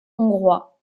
hongrois